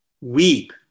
weep